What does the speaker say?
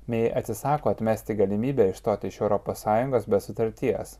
mei atsisako atmesti galimybę išstoti iš europos sąjungos be sutarties